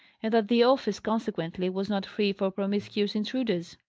and that the office, consequently, was not free for promiscuous intruders.